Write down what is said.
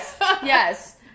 Yes